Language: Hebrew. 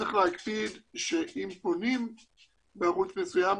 צריך להקפיד שאם פונים בערוץ מסוים,